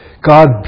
God